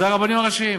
זה הרבנים הראשיים.